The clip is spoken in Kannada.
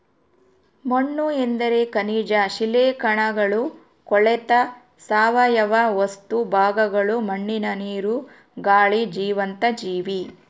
ಮಣ್ಣುಎಂದರೆ ಖನಿಜ ಶಿಲಾಕಣಗಳು ಕೊಳೆತ ಸಾವಯವ ವಸ್ತು ಭಾಗಗಳು ಮಣ್ಣಿನ ನೀರು, ಗಾಳಿ ಜೀವಂತ ಜೀವಿ